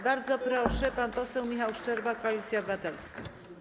Bardzo proszę, pan poseł Michał Szczerba, Koalicja Obywatelska.